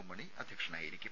M Mani അധ്യക്ഷനായിരിക്കും